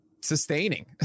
sustaining